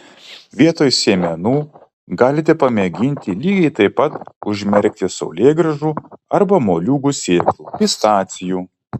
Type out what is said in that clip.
vietoj sėmenų galite pamėginti lygiai taip pat užmerkti saulėgrąžų arba moliūgų sėklų pistacijų